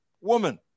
woman